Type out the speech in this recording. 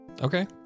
Okay